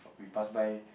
we pass by